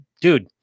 dude